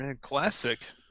Classic